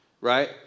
right